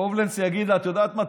קובלנץ יגיד לה: את יודעת מה?